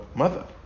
mother